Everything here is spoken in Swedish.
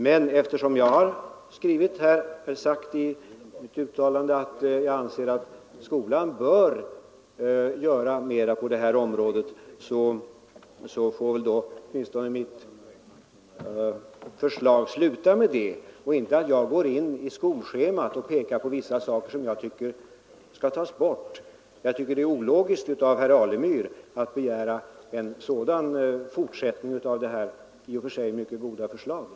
Men eftersom jag har skrivit i motionen att jag anser att skolan bör göra mera på detta område får väl mitt förslag sluta med det och inte att jag går ända in på skolschemat och pekar på vissa saker som jag tycker kunde tas bort där. Jag tycker att det är ologiskt av herr Alemyr att begära en så detaljerad fortsättning på det här i och för sig mycket goda förslaget.